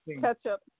Ketchup